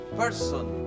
person